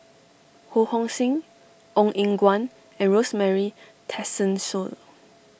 Ho Hong Sing Ong Eng Guan and Rosemary Tessensohn